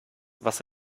was